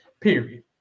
period